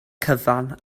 cyfan